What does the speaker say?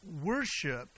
worship